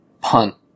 punt